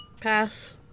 Pass